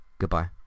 goodbye